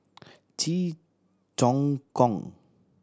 Cheong Choong Kong